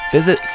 Visit